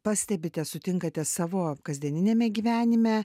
pastebite sutinkate savo kasdieniniame gyvenime